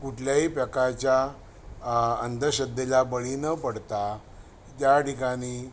कुठल्याही प्रकारच्या अंधश्रद्धेला बळी न पडता ज्या ठिकाणी